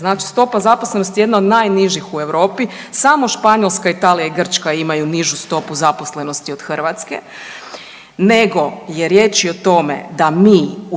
znači stopa zaposlenosti, jedna od najnižih u Europi, samo Španjolska, Italija i Grčka imaju nižu stopu zaposlenosti od Hrvatske, nego je riječ o tome da mi u